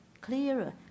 clearer